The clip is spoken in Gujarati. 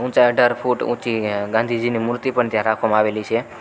ઊંચા અઢાર ફૂટ ઊંચી ગાંધીજીની મૂર્તિ પણ ત્યાં રાખવામાં આવેલી છે